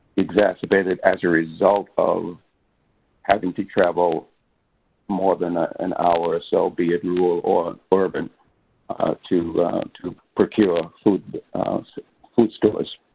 exacerbated as a result of having to travel more than an hour or so albeit rural or urban to to procure food food stores.